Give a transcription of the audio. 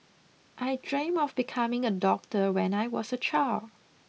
I dreamt of becoming a doctor when I was a child